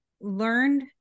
learned